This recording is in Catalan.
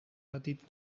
petits